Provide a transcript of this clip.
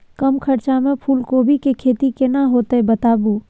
कम खर्चा में फूलकोबी के खेती केना होते बताबू?